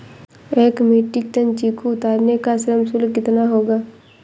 एक metric ton चीकू उतारने का श्रम शुल्क कितना होगा?